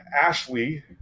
Ashley